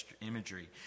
imagery